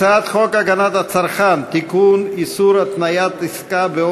ההצעה להעביר את הצעת חוק לתיקון פקודת התעבורה (חובת חבישת